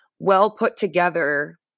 well-put-together